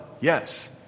Yes